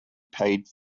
paid